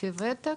לפי וותק.